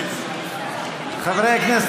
חברי הכנסת,